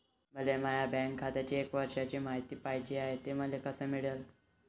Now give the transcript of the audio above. मले माया बँक खात्याची एक वर्षाची मायती पाहिजे हाय, ते मले कसी भेटनं?